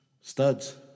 Studs